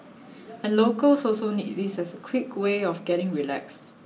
and locals also need this as a quick way of getting relaxed